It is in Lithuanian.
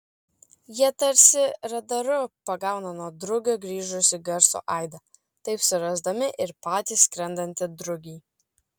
jie tarsi radaru pagauna nuo drugio grįžusį garso aidą taip surasdami ir patį skrendantį drugį